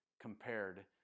compared